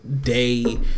Day